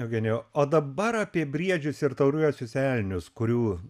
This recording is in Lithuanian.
eugenijau o dabar apie briedžius ir tauriuosius elnius kurių